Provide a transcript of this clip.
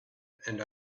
and